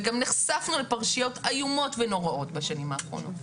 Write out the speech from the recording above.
וגם נחשפנו לפרשיות איומות ונוראות בשנים האחרונות.